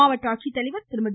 மாவட்ட ஆட்சித்தலைவர் திருமதி